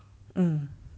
mm